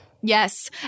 Yes